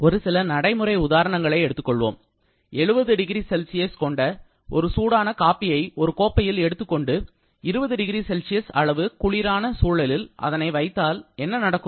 ஒரு சில நடைமுறை உதாரணங்களை எடுத்துக்கொள்வோம் 70 0C கொண்ட ஒரு சூடான காபியை ஒரு கோப்பையில் எடுத்துக்கொண்டு 20 0C அளவு குளிரான சூழலில் அதனை வைத்தாள் என்ன நடக்கும்